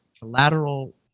collateral